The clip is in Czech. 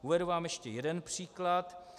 Uvedu vám ještě jeden příklad.